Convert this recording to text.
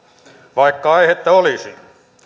vaikka aihetta olisi